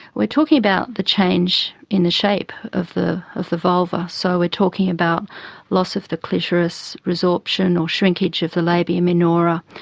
we're talking about the change in the shape of the of the vulva. so we're talking about loss of the clitoris, resorption or shrinkage of the labia minora,